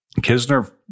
Kisner